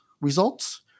results